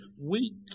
weak